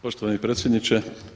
Poštovani predsjedniče.